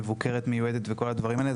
מבוקרת מיועדת וכל הדברים הללו.